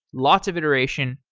lots of iteration,